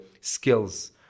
skills